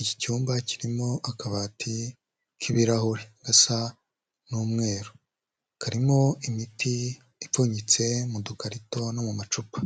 iki cyumba kirimo akabati k'ibirahuri gasa n'umweru, karimo imiti ipfunyitse mu dukarito no mu macupa.